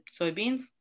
soybeans